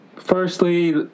Firstly